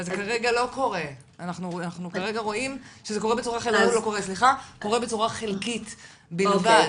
אבל זה כרגע קורה בצורה חלקית בלבד,